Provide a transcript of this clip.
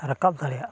ᱨᱟᱠᱟᱵ ᱫᱟᱲᱮᱭᱟᱜᱼᱟ